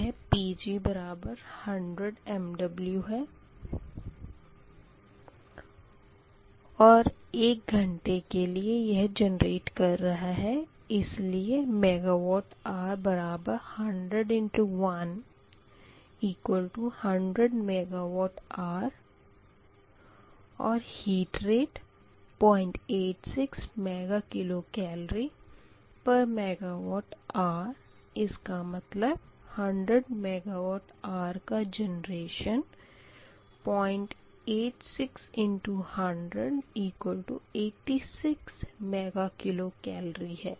यह Pg100 MW है और एक घंटे के लिए यह जनरेट कर रहा है इसीलिय MWh100×1100 MWhऔर हीट रेट 086 MkCalMWHr इसका मतलब 100 MWh का जेनरेशन 086×10086 MkCal है